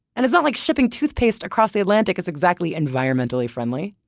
and it's not like shipping toothpaste across the atlantic is exactly environmentally friendly.